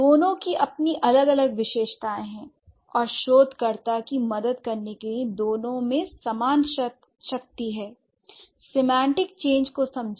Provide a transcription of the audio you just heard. दोनों की अपनी अलग विशेषताएँ हैं और शोधकर्ता कि मदद करने के लिए दोनों में समान शक्ति है सेमांटिक चेंज को समझें